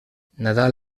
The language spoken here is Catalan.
nadal